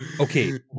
Okay